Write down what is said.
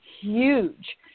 Huge